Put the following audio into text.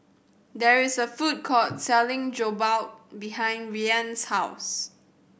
there is a food court selling Jokbal behind Rian's house